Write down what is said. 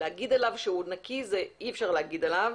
להגיד עליו הוא נקי, אי אפשר להגיד עליו.